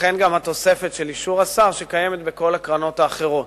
לכן גם התוספת של אישור השר שקיימת בכל הקרנות האחרות.